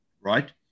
right